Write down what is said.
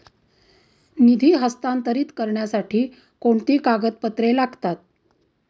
निधी हस्तांतरित करण्यासाठी कोणती कागदपत्रे लागतात?